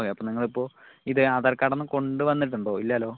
okay അപ്പോൾ നിങ്ങളിപ്പോൾ ഇത് ആധാർ കാർഡൊന്ന് കൊണ്ട് വന്നിട്ടുണ്ടൊ ഇല്ലാല്ലോ